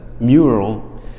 mural